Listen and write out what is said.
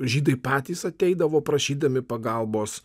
žydai patys ateidavo prašydami pagalbos